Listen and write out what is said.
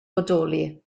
bodoli